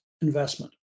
investment